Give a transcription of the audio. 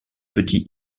petit